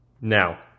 Now